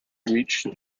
reached